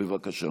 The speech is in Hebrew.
בבקשה.